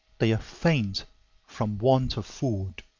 they are faint from want of food.